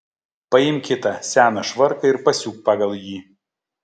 paimk kitą seną švarką ir pasiūk pagal jį